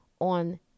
on